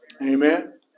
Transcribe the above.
Amen